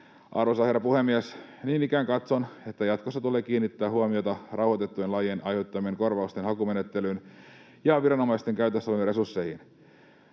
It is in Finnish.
Arvoisa herra puhemies! Niin ikään katson, että jatkossa tulee kiinnittää huomiota rauhoitettujen lajien aiheuttamien korvausten hakumenettelyyn ja viranomaisten käytössä oleviin resursseihin.